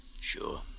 Sure